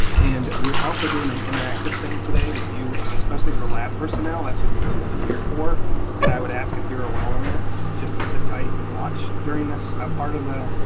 and we're also doing an interactive thing today with you, especially for lab personnel, that's who this is really geared for and i would ask if you're a well owner just to sit tight and watch during this part of the